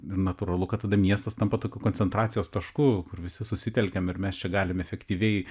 natūralu kad tada miestas tampa tokiu koncentracijos tašku kur visi susitelkiam ir mes čia galim efektyviai